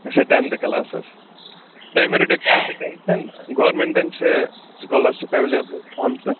اچھا tenth classes تُہۍ مہٕ رٔٹِو کٕہٕنۍ تہِ ٹٮ۪نشَں گورمٮ۪نٛٹَن چھِ سُکالَرشِپ ایٚولیبٕل تھٲمژٕ